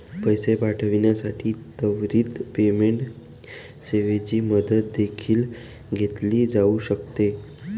पैसे पाठविण्यासाठी त्वरित पेमेंट सेवेची मदत देखील घेतली जाऊ शकते